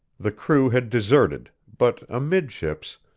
the crew had deserted, but amidships,